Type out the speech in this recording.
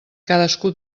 cadascú